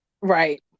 Right